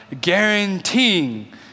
guaranteeing